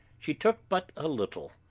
she took but a little,